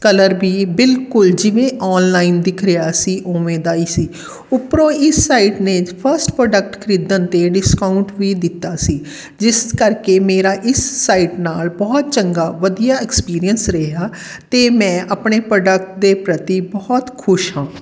colour ਵੀ ਬਿਲਕੁਲ ਜਿਵੇਂ ਔਨਲਾਈਨ ਦਿਖ ਰਿਹਾ ਸੀ ਉਵੇਂ ਦਾ ਹੀ ਸੀ ਉੱਪਰੋਂ ਇਸ ਸਾਈਟ ਨੇ ਫਸਟ ਪ੍ਰੋਡਕਟ ਖਰੀਦਣ 'ਤੇ ਡਿਸਕਾਊਂਟ ਵੀ ਦਿੱਤਾ ਸੀ ਜਿਸ ਕਰਕੇ ਮੇਰਾ ਇਸ ਸਾਈਟ ਨਾਲ ਬਹੁਤ ਚੰਗਾ ਵਧੀਆ ਐਕਸਪੀਰੀਐਂਸ ਰਿਹਾ ਅਤੇ ਮੈਂ ਆਪਣੇ ਪ੍ਰੋਡਕਟ ਦੇ ਪ੍ਰਤੀ ਬਹੁਤ ਖੁਸ਼ ਹਾਂ